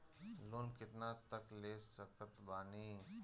Loan कितना तक ले सकत बानी?